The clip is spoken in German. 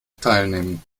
teilnehmen